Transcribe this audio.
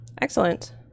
Excellent